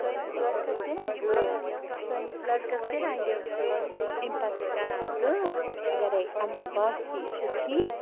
سٲنِس لَڑکَس دِنہ گٲڑ سٲنِس لَڑکَس دِنہ یہِ امہِ پَتہٕ چھِ کران کٲم اگرے یِمَن باسہِ کہِ یہِ چھُ ٹھیٖک